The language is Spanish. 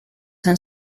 han